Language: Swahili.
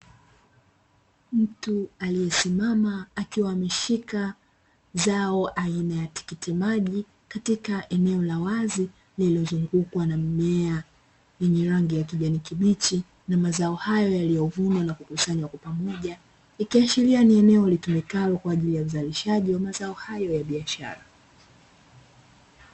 Mtu aliyesimama akiwa ameshika zao aina ya tikitimaji, katika eneo la wazi lililozungukwa na mimea yenye rangi ya kijani kibichi na mazao hayo yaliyovunwa na kukusanywa kwa pamoja, ikiashiria ni eneo litumikalo kwa ajili ya uzalishaji wa mazao hayo ya biashara.